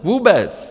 Vůbec!